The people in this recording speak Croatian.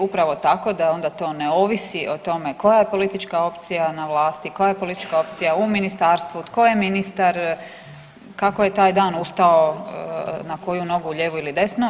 Upravo tako, da onda to ne ovisi o tome koja je politička opcija na vlasti, koja je politička opcija u ministarstvu, tko je ministar, kako je taj dan ustao na koju nogu lijevu ili desnu.